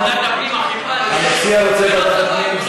ועדת הפנים עדיפה, המציע רוצה ועדת הפנים.